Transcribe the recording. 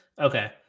Okay